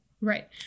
Right